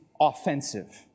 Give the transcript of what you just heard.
offensive